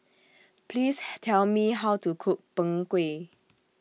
Please Tell Me How to Cook Png Kueh